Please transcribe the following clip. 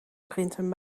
printen